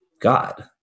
God